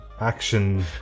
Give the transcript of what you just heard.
Action